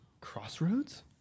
Crossroads